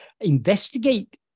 investigate